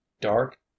dark